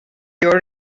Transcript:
your